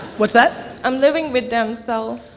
what's that? i'm living with them so.